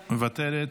מוותרת,